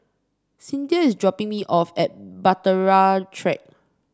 Cinthia is dropping me off at Bahtera Track